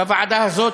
בוועדה הזאת,